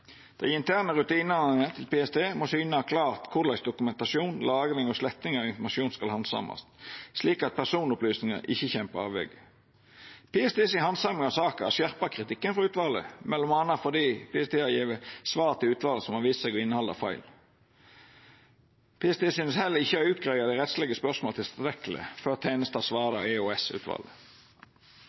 Dei interne rutinane til PST må syna klart korleis dokumentasjon, lagring og sletting av informasjon skal handsamast, slik at personopplysningar ikkje kjem på avvegar. PSTs handsaming av saka har skjerpa kritikken frå utvalet, m.a. fordi PST har gjeve svar til utvalet som har vist seg å innehalda feil. PST synest heller ikkje å ha greidd ut rettslege spørsmål tilstrekkeleg